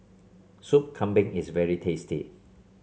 Soup Kambing is very tasty